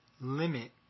limit